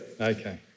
Okay